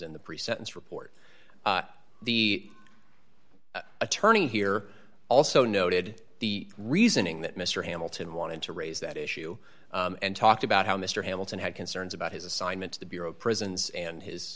in the pre sentence report the attorney here also noted the reasoning that mr hamilton wanted to raise that issue and talked about how mr hamilton had concerns about his assignment to the bureau of prisons and his